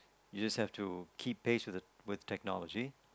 you just have to keep pace with the with technology